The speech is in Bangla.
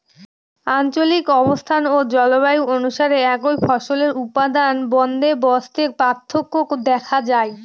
আঞ্চলিক অবস্থান ও জলবায়ু অনুসারে একই ফসলের উৎপাদন বন্দোবস্তে পার্থক্য দেখা যায়